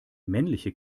männliche